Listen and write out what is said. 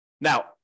Now